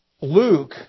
Luke